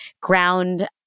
ground